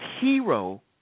hero